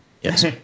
Yes